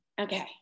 Okay